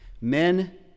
Men